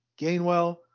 Gainwell